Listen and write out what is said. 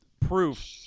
proof